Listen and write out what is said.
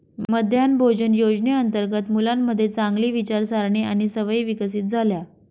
मध्यान्ह भोजन योजनेअंतर्गत मुलांमध्ये चांगली विचारसारणी आणि सवयी विकसित झाल्या